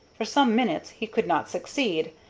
for some minutes he could not succeed,